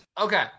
Okay